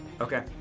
Okay